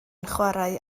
chwarae